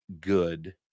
good